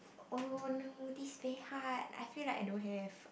oh no this pay hard I feel I don't have